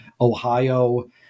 Ohio